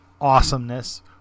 awesomeness